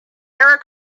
error